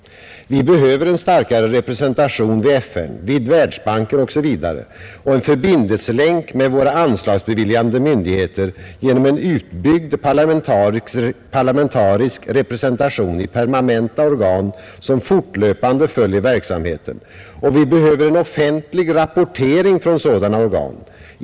Vi behöver en starkare representation vid FN, vid Världsbanken osv. och en förbindelselänk med våra anslagsbeviljande myndigheter genom en utbyggd parlamentarisk representation i permanenta organ, som fortlöpande följer verksamheten. Och vi behöver en offentlig rapportering från sådana organ.